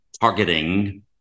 targeting